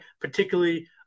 particularly